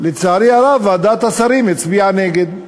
לצערי הרב, ועדת השרים הצביעה נגד.